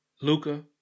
luca